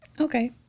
Okay